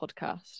podcast